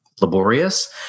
laborious